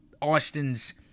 Austin's